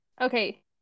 Okay